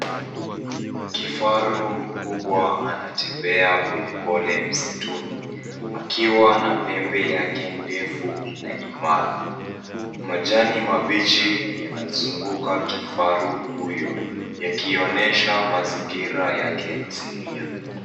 Kifaru mkubwa anatembea polepole msituni, akiwa na pembe yake ndefu na imara. Majani mabichi yanazunguka kifaru huyo yakionyesha mazingira yake asilia.